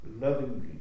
lovingly